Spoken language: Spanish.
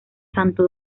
santo